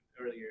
Earlier